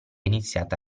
iniziata